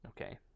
Okay